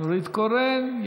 נורית קורן.